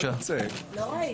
יוצא ממליאת הוועדה) --- דוידסון,